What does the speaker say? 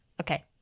Okay